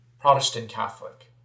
Protestant-Catholic